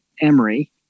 Emory